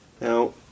Now